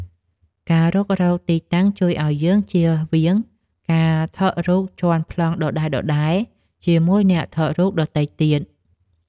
ការរុករកទីតាំងជួយឱ្យយើងជៀសវាងការថតរូបជាន់ប្លង់ដដែលៗជាមួយអ្នកថតរូបដទៃទៀត។